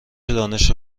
دانش